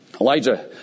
Elijah